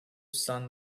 sun